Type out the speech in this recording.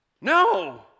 No